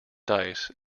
dice